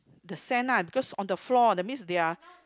the sand lah because on the floor that's mean they are